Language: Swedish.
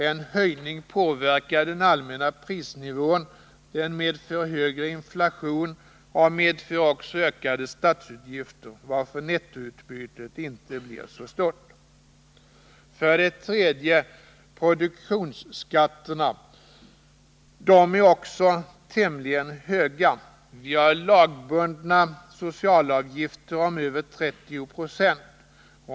En höjning påverkar den allmänna prisnivån, den medför högre inflation och medför också ökade statsutgifter, varför nettoutbytet inte blir så stort. 3. Produktionsskatterna. De är också tämligen höga. Vi har lagbundna socialavgifter på över 30 76.